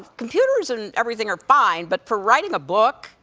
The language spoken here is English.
computers and everything are fine, but for writing a book,